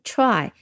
Try